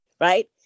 right